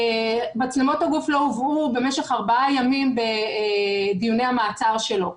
מצלמות הגוף לא הובאו במשך ארבעה ימים בדיוני המעצר שלו.